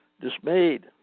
dismayed